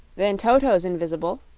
then toto's invis'ble,